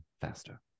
faster